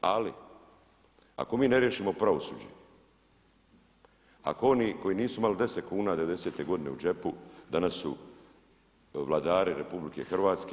Ali ako mi ne riješimo pravosuđe, ako oni koji nisu imali 10 kuna 90.te godine u džepu danas su vladari RH.